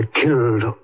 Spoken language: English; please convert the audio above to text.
killed